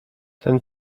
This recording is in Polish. ten